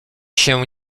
się